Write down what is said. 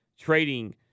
trading